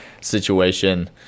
situation